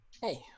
Hey